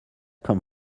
come